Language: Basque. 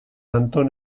anton